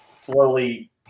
slowly